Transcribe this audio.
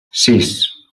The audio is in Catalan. sis